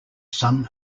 some